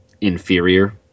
inferior